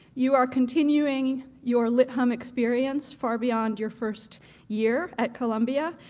you are continuing your lit hum experience far beyond your first year at columbia.